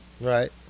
Right